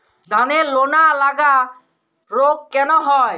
ধানের লোনা লাগা রোগ কেন হয়?